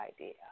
idea